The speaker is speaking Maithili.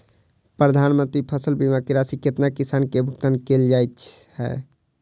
प्रधानमंत्री फसल बीमा की राशि केतना किसान केँ भुगतान केल जाइत है?